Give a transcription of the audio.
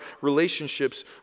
relationships